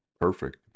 Perfect